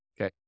Okay